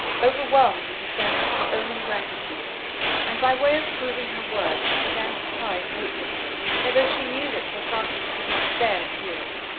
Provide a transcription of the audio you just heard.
overwhelmed with the sense of her own ingratitude and by way of proving her words she began to cry hopelessly, although she knew that sir francis could not bear tears,